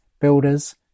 builders